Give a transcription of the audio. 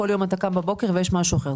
כל יום בבוקר אתה קם ויש משהו אחר.